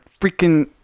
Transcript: freaking